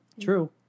True